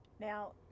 Now